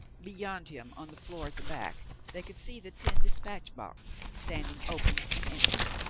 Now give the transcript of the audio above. beyond him, on the floor at the back, they could see the tin dispatch box standing open and empty.